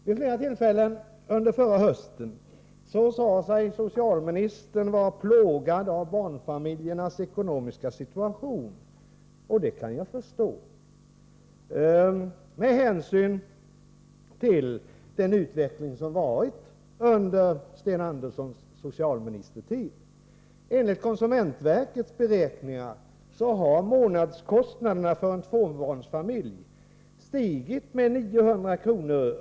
Vid flera tillfällen under förra hösten sade sig socialministern vara plågad av barnfamiljernas ekonomiska situation, och det kan jag förstå med tanke på utvecklingen under Sten Anderssons socialministertid. Enligt konsumentverkets beräkningar har månadskostnaderna för en tvåbarnsfamilj stigit med 900 kr.